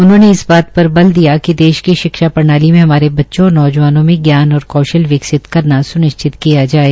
उन्होंने इस बार पर बल दिया कि देश की शिक्षा प्रणाली में हमारे बच्चों और नौजवानों मे ज्ञान और कौशल विकसित करना सुनिश्चित किया जाये